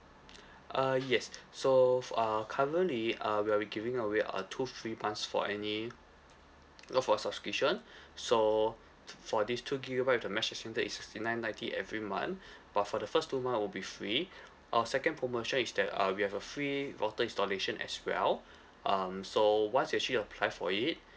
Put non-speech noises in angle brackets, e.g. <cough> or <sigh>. uh yes so for uh currently uh we will be giving away a two free months for any lot for our subscription <breath> so t~ for this two gigabyte with the mesh extender is sixty nine ninety every month but for the first two month will be free <breath> our second promotion is that uh we have a free router installation as well um so once you actually apply for it